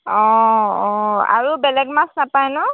অঁ অঁ আৰু বেলেগ মাছ নাপায় ন